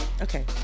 Okay